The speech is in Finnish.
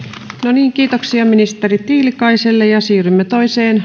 kiitoksia ministeri tiilikaiselle siirrymme toiseen